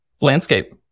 landscape